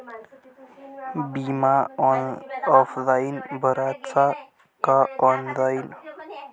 बिमा ऑफलाईन भराचा का ऑनलाईन?